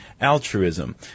altruism